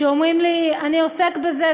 שאומרים לי: אני עוסק בזה,